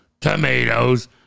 tomatoes